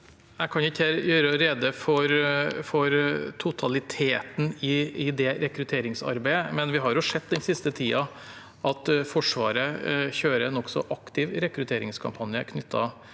Jeg kan ikke her gjøre rede for totaliteten i det rekrutteringsarbeidet, men vi har den siste tiden sett at Forsvaret kjører en nokså aktiv rekrutteringskampanje knyttet